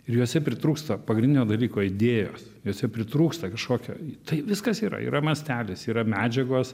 ir juose pritrūksta pagrindinio dalyko idėjos juose pritrūksta kažkokio tai viskas yra yra mastelis yra medžiagos